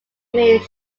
made